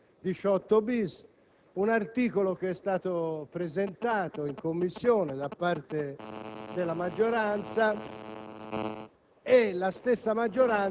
Presidente, durante il dibattito su questa finanziaria abbiamo assistito